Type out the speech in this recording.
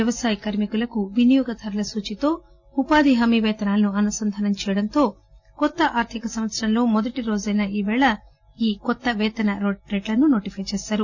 వ్యవసాయ కార్మి కులకు వినియోగ ధరల సూచితో ఉపాధి హామీ పేతనాలను అనుసంధానం చేయడంతో కొత్త ఆర్గిక సంవత్సరంలో మొదటి రోజైన ఇవాళ ఈ కొత్త పేతన రేట్లను నోటిపై చేశారు